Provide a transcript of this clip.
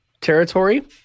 territory